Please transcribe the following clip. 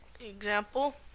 Example